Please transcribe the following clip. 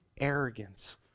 arrogance